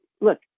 look